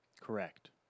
Correct